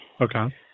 Okay